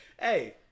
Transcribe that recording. hey